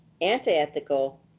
anti-ethical